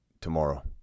tomorrow